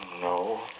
no